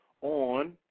on